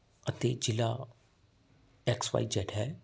ਅਤੇ ਜ਼ਿਲ੍ਹਾ X Y Z ਹੈ